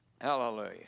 hallelujah